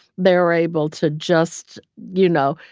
they're able to just, you know,